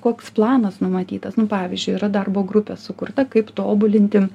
koks planas numatytas pavyzdžiui yra darbo grupė sukurta kaip tobulinti